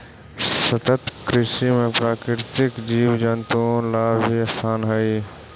सतत कृषि में प्राकृतिक जीव जंतुओं ला भी स्थान हई